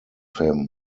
him